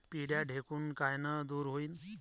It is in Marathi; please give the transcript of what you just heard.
पिढ्या ढेकूण कायनं दूर होईन?